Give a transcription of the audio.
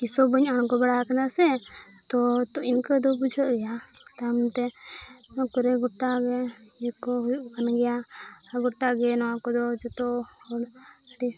ᱛᱤᱥᱦᱚᱸ ᱵᱟᱹᱧ ᱟᱲᱜᱚ ᱵᱟᱲᱟᱣ ᱟᱠᱟᱱᱟ ᱥᱮ ᱛᱳ ᱤᱱᱠᱟᱹ ᱫᱚ ᱵᱩᱡᱷᱟᱹᱜ ᱜᱮᱭᱟ ᱛᱟᱭᱚᱢ ᱛᱮ ᱱᱚᱣᱟ ᱠᱚᱨᱮ ᱜᱚᱴᱟᱜᱮ ᱤᱭᱟᱹ ᱠᱚ ᱦᱩᱭᱩᱜ ᱠᱟᱱ ᱜᱮᱭᱟ ᱜᱚᱴᱟ ᱜᱮ ᱱᱚᱣᱟ ᱠᱚᱫᱚ ᱡᱚᱛᱚ ᱦᱚᱲ ᱟᱹᱰᱤ